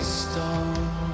stone